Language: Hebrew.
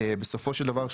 בסופו של דבר,